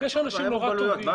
יכול